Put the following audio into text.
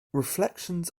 reflections